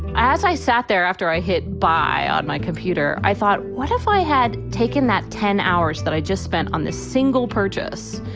as i sat there after i hit by on my computer, i thought, what if i had taken that ten hours that i just spent on this single purchase?